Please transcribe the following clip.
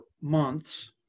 months